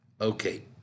Okay